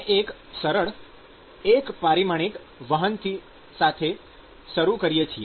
આપણે એક સરળ એક પરિમાણિક વહન સાથે શરૂ કરીએ છીએ